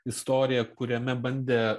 istoriją kuriame bandė